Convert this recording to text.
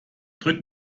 drück